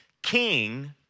king